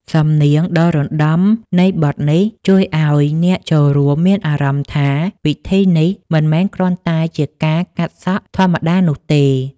សំនៀងដ៏រណ្តំនៃបទនេះ ជួយឱ្យអ្នកចូលរួមមានអារម្មណ៍ថា ពិធីនេះមិនមែនគ្រាន់តែជាការកាត់សក់ធម្មតានោះទេ